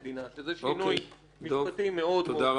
שזה שינוי משפטי מאוד גדול.